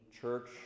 church